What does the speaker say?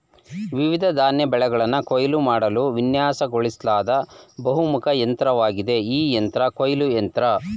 ವಿವಿಧ ಧಾನ್ಯ ಬೆಳೆಗಳನ್ನ ಕೊಯ್ಲು ಮಾಡಲು ವಿನ್ಯಾಸಗೊಳಿಸ್ಲಾದ ಬಹುಮುಖ ಯಂತ್ರವಾಗಿದೆ ಈ ಕೊಯ್ಲು ಯಂತ್ರ